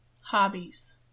Hobbies